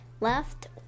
left